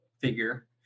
figure